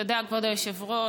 תודה, כבוד היושב-ראש.